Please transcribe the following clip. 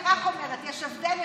אני רק אומרת שיש הבדל,